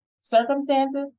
circumstances